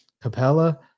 Capella